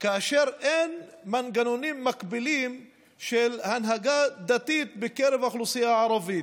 כאשר אין מנגנונים מקבילים של הנהגה דתית בקרב האוכלוסייה הערבית,